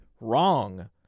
Wrong